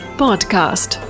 podcast